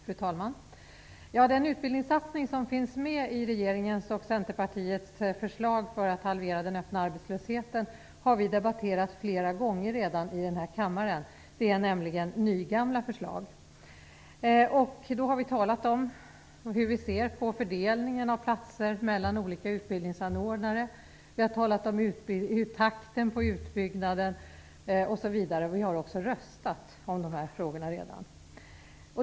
Fru talman! Den utbildningssatsning som finns med i regeringens och Centerpartiets förslag för att halvera den öppna arbetslösheten har vi redan debatterat flera gånger i denna kammare. Det är nämligen nygamla förslag. Då har vi talat om hur vi ser på fördelningen av platser mellan olika utbildningsanordnare. Vi har talat om takten i utbyggnaden osv., och vi har också röstat om dessa frågor.